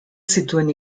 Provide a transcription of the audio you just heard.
zituen